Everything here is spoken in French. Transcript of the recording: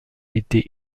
été